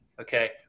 okay